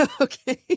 Okay